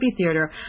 theater